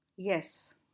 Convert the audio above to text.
Yes